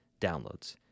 downloads